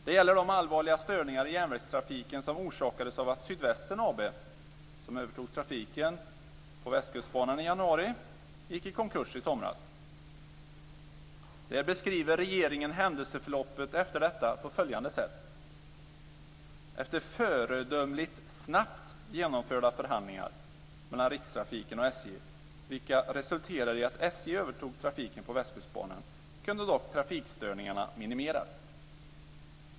Det gäller de allvarliga störningar i järnvägstrafiken som orsakades av att Sydvästen AB, som övertog trafiken på Västkustbanan i januari, gick i konkurs i somras. Regeringen beskriver händelseförloppet efter detta på följande sätt: Efter föredömligt snabbt genomförda förhandlingar mellan Rikstrafiken och SJ, vilka resulterade i att SJ övertog trafiken på Västkustbanan, kunde dock trafikstörningarna minimeras.